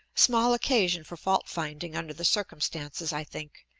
small occasion for fault-finding under the circumstances, i think,